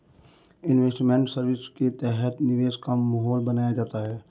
investment service के तहत निवेश का माहौल बनाया जाता है